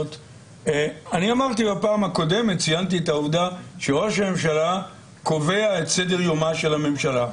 בפעם הקודמת ציינתי את העובדה שראש הממשלה קובע את סדר יומה של הממשלה.